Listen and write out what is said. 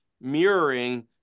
mirroring